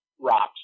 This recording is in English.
rocks